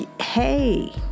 hey